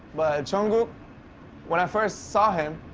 but, jungkook when i first saw him,